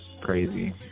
crazy